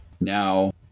Now